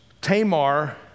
tamar